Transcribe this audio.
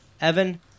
Evan